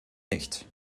nicht